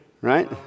right